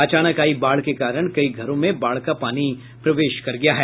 अचानक आयी बाढ़ के कारण कई घरों में बाढ़ का पानी प्रवेश कर गया है